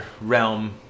realm